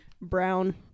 brown